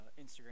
Instagram